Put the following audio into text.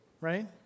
Right